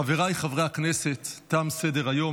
חבריי חברי הכנסת, תם סדר-היום.